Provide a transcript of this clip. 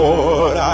Lord